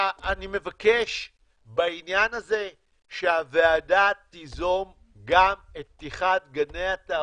אני מבקש בעניין הזה שהוועדה תיזום גם את פתיחת גני התערוכה,